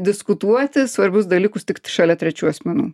diskutuoti svarbius dalykus tik t šalia trečių asmenų